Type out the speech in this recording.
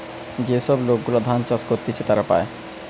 যে সব লোক গুলা ধান চাষ করতিছে তারা পায়